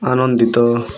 ଆନନ୍ଦିତ